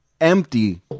empty